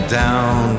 down